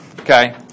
okay